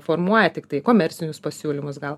formuoja tiktai komercinius pasiūlymus gal